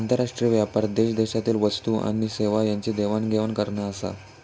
आंतरराष्ट्रीय व्यापार देशादेशातील वस्तू आणि सेवा यांची देवाण घेवाण करना आसा